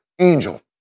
angel